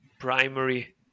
primary